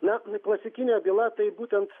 na klasikinė byla tai būtent